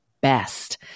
best